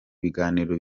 biganiro